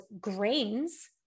grains